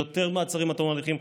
יותר מעצרים עד תום ההליכים.